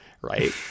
right